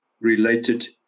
related